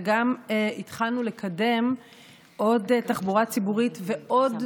וגם התחלנו לקדם עוד תחבורה ציבורית ועוד